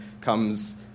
comes